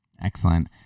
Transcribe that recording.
Excellent